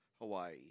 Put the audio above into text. Hawaii